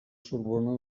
sorbona